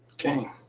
okay.